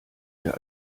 der